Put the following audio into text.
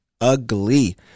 ugly